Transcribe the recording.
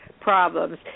problems